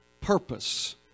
purpose